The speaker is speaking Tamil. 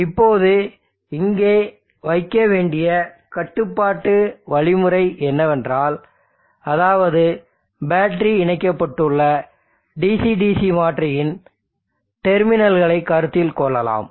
இப்போது இங்கே வைக்க வேண்டிய கட்டுப்பாட்டு வழிமுறை என்னவென்றால் அதாவது பேட்டரி இணைக்கப்பட்டுள்ள DC DC மாற்றியின் டெர்மினல்களை கருத்தில் கொள்ளலாம்